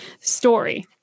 story